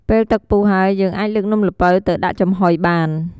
ពេលទឹកពុះហើយ យើងអាចលើកនំល្ពៅទៅដាក់ចំហុយបាន។